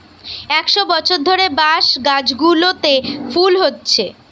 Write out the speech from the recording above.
একশ বছর ধরে বাঁশ গাছগুলোতে ফুল হচ্ছে